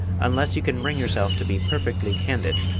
unless you can bring yourself to be perfectly candid,